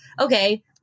okay